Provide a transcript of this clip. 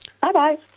Bye-bye